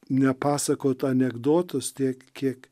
nepasakot anekdotus tiek kiek